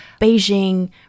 Beijing